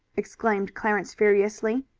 exclaimed clarence furiously.